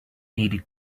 needed